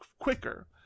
quicker